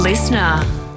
Listener